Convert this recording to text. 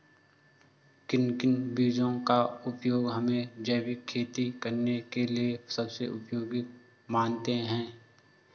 किन किन बीजों का उपयोग हम जैविक खेती करने के लिए सबसे उपयोगी मानते हैं?